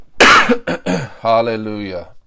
Hallelujah